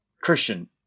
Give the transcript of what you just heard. Christian